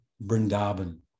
brindaban